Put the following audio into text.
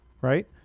right